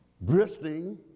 bristling